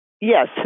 Yes